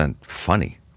funny